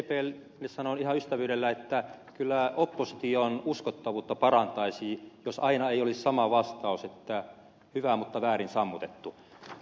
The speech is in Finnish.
sdplle sanon ihan ystävyydellä että kyllä opposition uskottavuutta parantaisi jos aina ei olisi sama vastaus että hyvä mutta väärin sammutettu